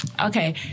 Okay